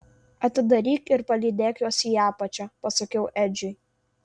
atidaryk ir palydėk juos į apačią pasakiau edžiui